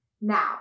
Now